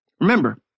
remember